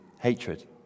hatred